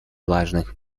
важных